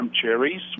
cherries